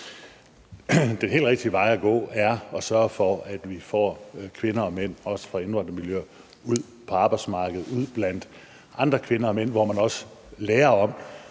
Den helt rigtige vej at gå er at sørge for, at vi får kvinder og mænd, også fra indvandrermiljøer, ud på arbejdsmarkedet, altså ud blandt andre kvinder og mænd, hvor man også lærer om,